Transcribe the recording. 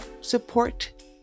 support